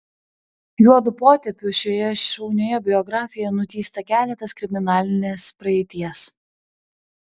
juodu potėpiu šioje šaunioje biografijoje nutįsta keletas kriminalinės praeities